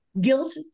Guilt